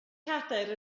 cadair